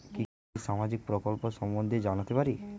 কি কি সামাজিক প্রকল্প সম্বন্ধে জানাতে পারি?